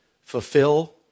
fulfill